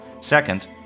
Second